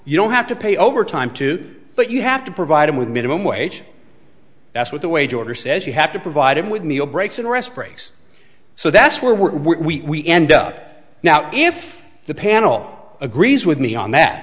you don't have to pay overtime to but you have to provide them with minimum wage that's what the wage order says you have to provide him with meal breaks and rest breaks so that's where we're we end up now if the panel agrees with me on that